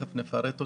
שתיכף נפרט אותם.